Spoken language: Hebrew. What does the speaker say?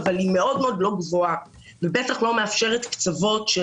אבל היא מאוד מאוד לא גבוהה ובטח לא מאפשרת קצוות של